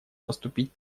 поступить